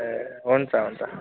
ए हुन्छ हुन्छ